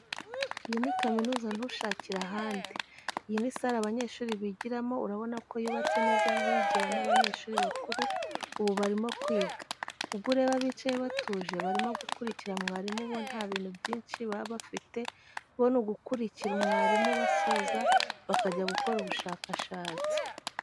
Iyi ni kaminuza ntushakire ahandi. Iyi ni sare abanyeshuri bigiramo, urabona ko yubatse neza nk'iyigiramo abanyeshuri bakuru, ubu barimo kwiga. Ubwo ureba bicaye batuje barimo gukurikira mwarimu bo nta bintu byinshi baba bafite, bo ni ugukurikira mwarimu basoza bakajya gukora ubushakashatsi.